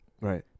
Right